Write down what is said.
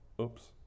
Oops